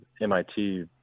MIT